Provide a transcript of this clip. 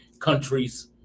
countries